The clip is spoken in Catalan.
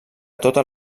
totes